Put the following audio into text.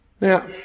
Now